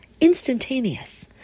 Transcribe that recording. instantaneous